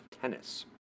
tennis